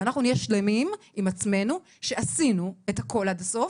ואנחנו נהיה שלמים עם עצמנו שעשינו את הכול עד הסוף